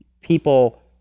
people